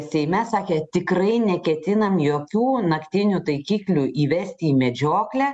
seime sakė tikrai neketinam jokių naktinių taikiklių įvesti į medžioklę